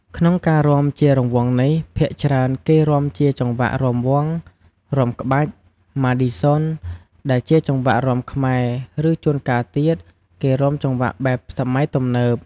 ក្នុងការរាំជារង្វង់នេះ ភាគច្រើនគេរាំជាចង្វាក់រាំវង់ រាំក្បាច់ ម៉ាឌីហ្សុន ដែលជាចង្វាក់រាំខ្មែរ ឬ ជួនកាលទៀត គេរាំចង្វាក់បែបសម័យទំនើប។